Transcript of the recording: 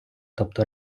тобто